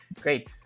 great